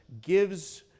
gives